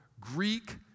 Greek